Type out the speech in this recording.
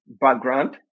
background